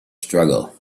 struggle